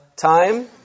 time